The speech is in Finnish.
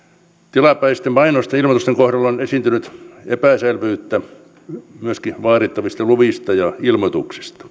tilapäisten mainosten ja ilmoitusten kohdalla on esiintynyt epäselvyyttä myöskin vaadittavista luvista ja ilmoituksista